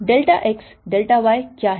delta x delta y क्या है